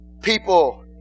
people